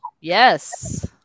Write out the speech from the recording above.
Yes